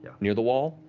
near the wall,